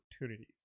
opportunities